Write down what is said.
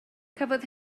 cafodd